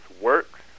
works